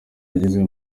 yageze